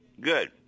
Good